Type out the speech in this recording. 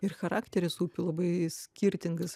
ir charakteris upių labai skirtingas